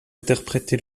interprété